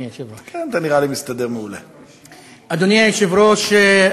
אדוני היושב-ראש.